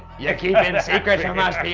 yeah keeping and secrets from us, peter.